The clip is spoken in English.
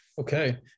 okay